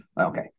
Okay